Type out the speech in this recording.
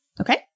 Okay